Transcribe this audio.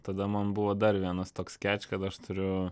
tada man buvo dar vienas toks keač kad aš turiu